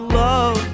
love